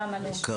אני מצטרפת, כי